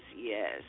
yes